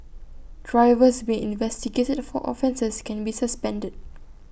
drivers being investigated for offences can be suspended